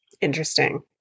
interesting